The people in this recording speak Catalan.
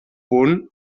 punt